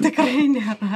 tikrai nėra